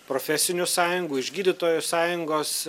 profesinių sąjungų iš gydytojo sąjungos